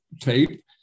tape